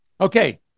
Okay